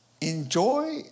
enjoy